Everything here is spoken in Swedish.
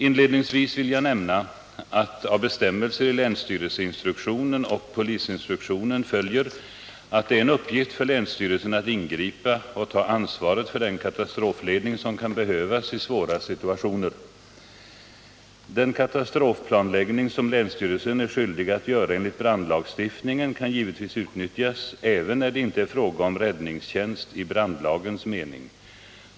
Inledningsvis vill jag nämna att av bestämmelser i länsstyrelseinstruktionen och polisinstruktionen följer att det är en uppgift för länsstyrelsen att ingripa och ta ansvaret för den katastrofledning som kan behövas i svåra situationer. Den katastrofplanläggning som länsstyrelsen är skyldig att göra enligt brandlagstiftningen kan givetvis utnyttjas även när det inte är fråga om räddningstjänst i brandlagens mening.